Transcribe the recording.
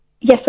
Yes